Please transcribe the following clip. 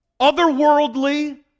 otherworldly